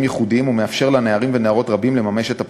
ייחודיים ומאפשר לנערים ונערות רבים לממש את הפוטנציאל.